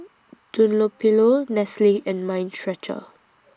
Dunlopillo Nestle and Mind Stretcher